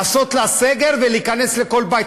לעשות לה סגר ולהיכנס לכל בית?